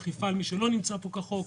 אכיפה על מי שלא נמצא פה כחוק,